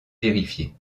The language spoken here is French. vérifier